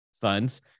funds